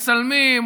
מצלמים,